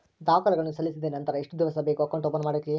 ದಾಖಲೆಗಳನ್ನು ಸಲ್ಲಿಸಿದ್ದೇನೆ ನಂತರ ಎಷ್ಟು ದಿವಸ ಬೇಕು ಅಕೌಂಟ್ ಓಪನ್ ಆಗಲಿಕ್ಕೆ?